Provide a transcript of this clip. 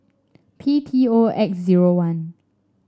P T O X zero one